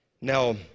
Now